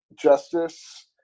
justice